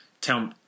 Tell